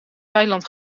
thailand